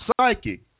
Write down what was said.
psychic